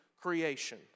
creation